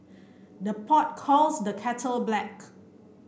the pot calls the kettle black